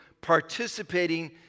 participating